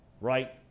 right